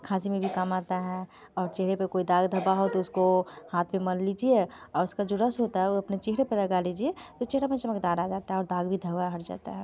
खांसी में भी काम आता है और चेहरे पर कोई दाग़ धब्बा हो तो उसको हाथ पर मल लीजिए और उसका जो रस होता है उसको अपने चेहरे पर लगा लीजिए तो चेहरे में चमकदार आ जाता है और दाग़ भी धब्बा हट जाता है